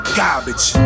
garbage